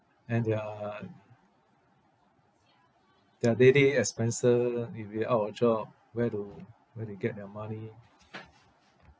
and their their daily expenses if they're out of job where to where to get their money